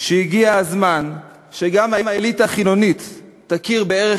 שהגיע הזמן שגם האליטה החילונית תכיר בערך